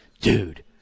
Dude